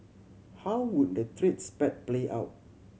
how would the trade spat play out